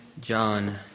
John